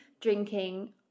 drinking